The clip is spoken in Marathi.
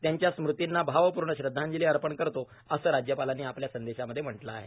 त्यांच्या स्मृतींना आवपूर्ण श्रद्वांजली अर्पण करतो असे राज्यपालांनी आपल्या संदेशामध्ये म्हटले आहे